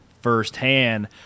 firsthand